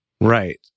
Right